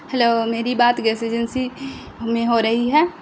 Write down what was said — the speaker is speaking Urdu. ہلو میری بات گیس ایجنسی میں ہو رہی ہے